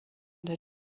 der